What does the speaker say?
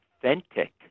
authentic